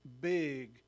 big